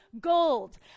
gold